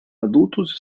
adultos